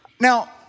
now